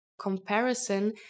Comparison